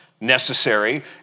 necessary